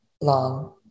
long